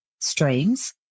streams